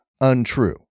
untrue